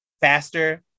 faster